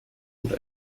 oder